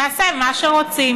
נעשה מה שרוצים.